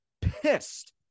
pissed